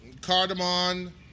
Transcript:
cardamom